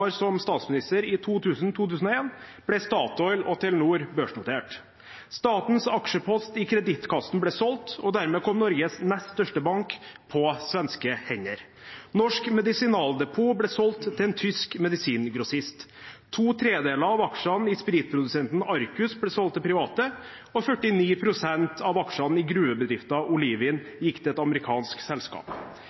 år som statsminister i 2000–2001, ble Statoil og Telenor børsnotert. Statens aksjepost i Kreditkassen ble solgt, og dermed kom Norges nest største bank på svenske hender. Norsk Medisinaldepot ble solgt til en tysk medisingrossist. To tredeler av aksjene i spritprodusenten Arcus ble solgt til private, og 49 pst. av aksjene i gruvebedriften Olivin gikk til et amerikansk selskap.